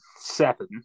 seven